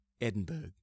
Edinburgh